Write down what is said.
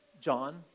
John